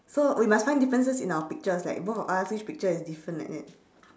so we must find differences in our pictures like both of us which picture is different like that